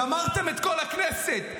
גמרתם את כל הכנסת.